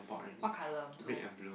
what colour blue